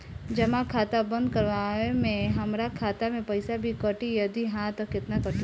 जमा खाता बंद करवावे मे हमरा खाता से पईसा भी कटी यदि हा त केतना कटी?